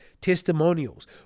testimonials